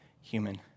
human